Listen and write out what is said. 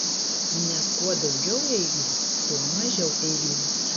nes kuo daugiau eilių tuo mažiau eilių